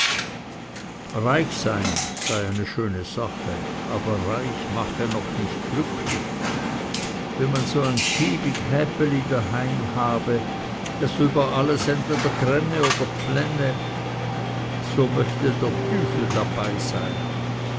reichsein sei eine schöne sache aber reich mache noch nicht glücklich wenn man so einkybig häpeli daheim habe das über alles entweder gränne oder pflenne so möchte der tüfel dabeisein